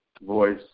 voice